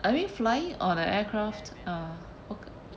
I mean flying on an aircraft uh okay